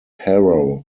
harrow